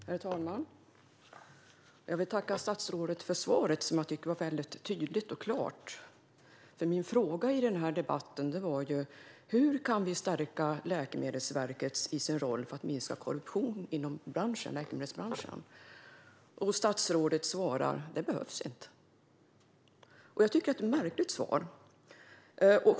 Herr talman! Jag vill tacka statsrådet för ett klart och tydligt svar. Min fråga i denna debatt är: Hur kan vi stärka Läkemedelsverket i sin roll för att minska korruption inom läkemedelsbranschen? Statsrådet svarar: Det behövs inte. Jag tycker att det är ett märkligt svar.